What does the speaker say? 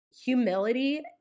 humility